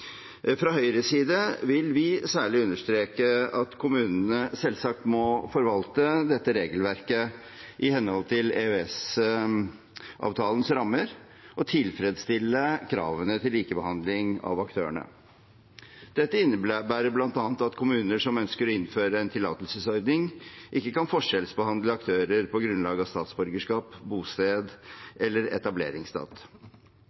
Fra Høyres side vil vi særlig understreke at kommunene selvsagt må forvalte dette regelverket i henhold til EØS-avtalens rammer og tilfredsstille kravene til likebehandling av aktørene. Dette innebærer bl.a. at kommuner som ønsker å innføre en tillatelsesordning, ikke kan forskjellsbehandle aktører på grunnlag av statsborgerskap,